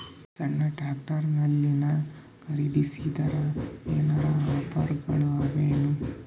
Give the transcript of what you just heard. ಸಣ್ಣ ಟ್ರ್ಯಾಕ್ಟರ್ನಲ್ಲಿನ ಖರದಿಸಿದರ ಏನರ ಆಫರ್ ಗಳು ಅವಾಯೇನು?